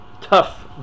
tough